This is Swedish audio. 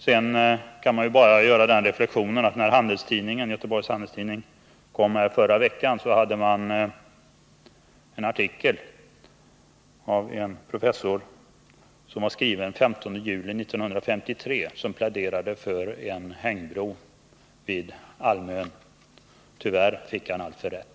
Sedan kan man bara gör en reflexion med anledning av att Göteborgs Handelsoch Sjöfarts-Tidning förra veckan innehöll en artikel av en professor som var skriven den 15 juli 1953, där artikelförfattaren pläderade för en hängbro vid Almön. Tyvärr fick han alltför rätt.